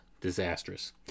disastrous